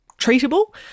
treatable